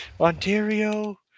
Ontario